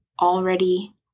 already